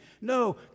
No